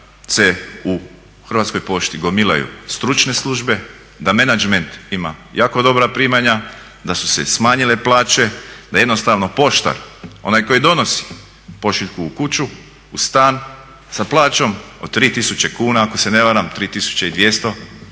da se u Hrvatskoj pošti gomilaju stručne službe, da menadžment ima jako dobra primanja, da su se smanjile plaće, da jednostavno poštar onaj koji donosi pošiljku u kuću, u stan, sa plaćom od 3000 kuna ako se ne varam, 3200